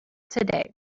today